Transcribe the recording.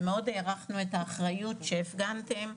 ומאוד הערכנו את האחריות שהפגנתם,